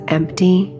empty